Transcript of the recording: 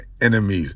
enemies